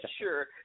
sure